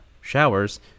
Showers